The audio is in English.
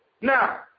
Now